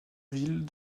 ville